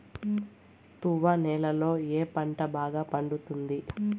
తువ్వ నేలలో ఏ పంట బాగా పండుతుంది?